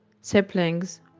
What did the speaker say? siblings